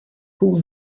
pół